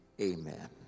amen